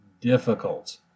difficult